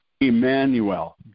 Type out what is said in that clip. Emmanuel